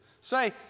Say